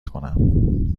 کنم